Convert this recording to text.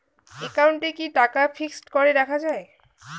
একাউন্টে কি টাকা ফিক্সড করে রাখা যায়?